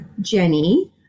Jenny